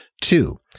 Two